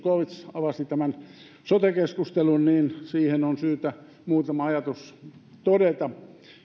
avasi tämän sote keskustelun siihen on syytä muutama ajatus todeta